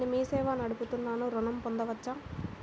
నేను మీ సేవా నడుపుతున్నాను ఋణం పొందవచ్చా?